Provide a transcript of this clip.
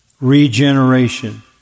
regeneration